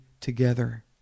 together